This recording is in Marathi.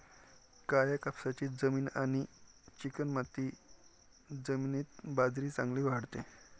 काळ्या कापसाची जमीन आणि चिकणमाती जमिनीत बाजरी चांगली वाढते